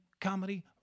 comedy